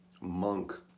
monk